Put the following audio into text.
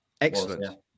excellent